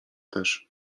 też